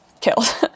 killed